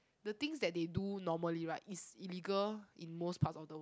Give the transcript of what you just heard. the things that they do normally right is illegal in most part of the